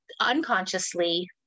unconsciously